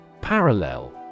Parallel